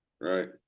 Right